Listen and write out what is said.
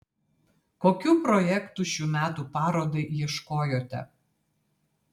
kokių projektų šių metų parodai ieškojote